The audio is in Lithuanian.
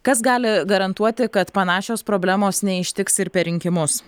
kas gali garantuoti kad panašios problemos neištiks ir per rinkimus